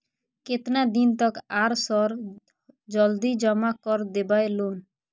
केतना दिन तक आर सर जल्दी जमा कर देबै लोन?